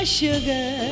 sugar